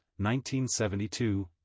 1972